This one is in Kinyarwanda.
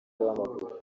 w’amaguru